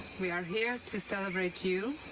we are here to celebrate you.